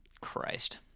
Christ